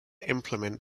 implement